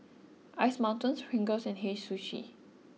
Ice Mountain Pringles and Hei Sushi